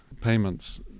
payments